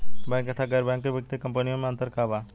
Bank तथा गैर banking वित्तीय कम्पनीयो मे अन्तर का बा?